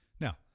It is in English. Now